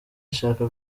ishaka